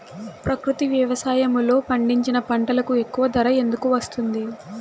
ప్రకృతి వ్యవసాయములో పండించిన పంటలకు ఎక్కువ ధర ఎందుకు వస్తుంది?